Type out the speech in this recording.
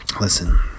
Listen